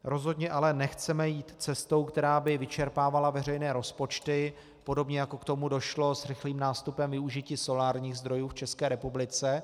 Rozhodně ale nechceme jít cestou, která by vyčerpávala veřejné rozpočty, podobně jako k tomu došlo s rychlým nástupem využití solárních zdrojů v České republice.